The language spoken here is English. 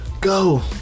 go